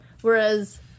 Whereas